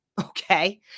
Okay